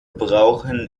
brauchen